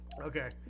Okay